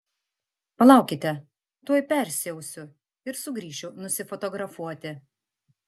palaukite tuoj persiausiu ir sugrįšiu nusifotografuoti